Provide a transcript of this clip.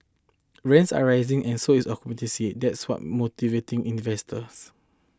Rents are rising and so is occupancy and that's what's motivating investors